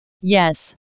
yes